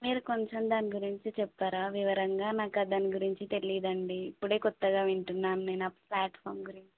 మీరు కొంచెం దాని గురించి చెప్తారా వివరంగా నాకు దాని గురించి తెలియదు అండి ఇప్పుడే కొత్తగా వింటున్నాను నేను ఆ ప్లాట్ఫామ్ గురించి